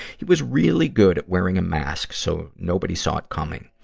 he was really good at wearing a mask, so nobody saw it coming.